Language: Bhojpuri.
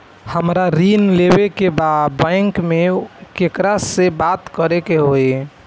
हमरा ऋण लेवे के बा बैंक में केकरा से बात करे के होई?